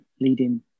leading